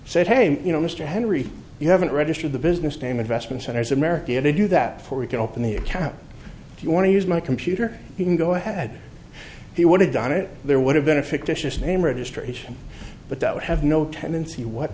hey you know mr henry you haven't registered the business name investment center's america to do that for we can open the account if you want to use my computer you can go ahead he would have done it there would have been a fictitious name registration but that would have no tendency what